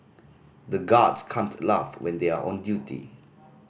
the guards can't laugh when they are on duty